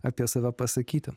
apie save pasakyti